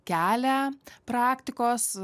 kelią praktikos